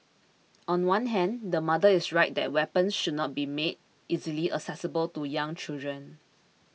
on one hand the mother is right that weapons should not be made easily accessible to young children